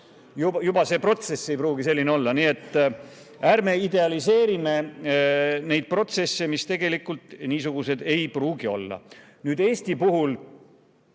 Juba see protsess ei pruugi selline olla. Nii et ärme idealiseerime neid protsesse, mis tegelikult niisugused ei pruugi olla. Eesti puhul